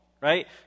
right